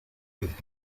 with